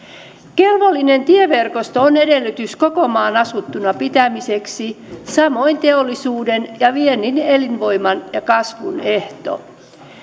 kelvollinen tieverkosto on edellytys koko maan asuttuna pitämiseksi samoin teollisuuden ja viennin elinvoiman ja kasvun ehto